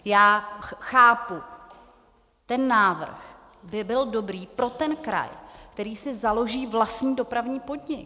Já chápu, ten návrh by byl dobrý pro ten kraj, který si založí vlastní dopravní podnik.